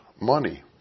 money